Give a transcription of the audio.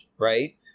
right